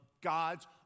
God's